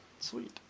sweet